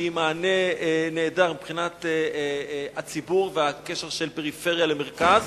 שהיא מענה נהדר מבחינת הציבור והקשר של הפריפריה למרכז,